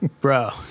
bro